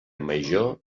major